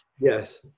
Yes